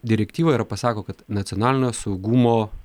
direktyva yra pasako kad nacionalinio saugumo